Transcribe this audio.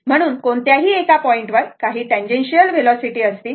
म्हणून कोणत्याही एका पॉईंटवर काही टॅनजेनशियल व्हेलॉसिटी असतील